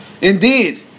Indeed